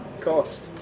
cost